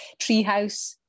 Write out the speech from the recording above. treehouse